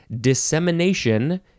Dissemination